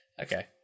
okay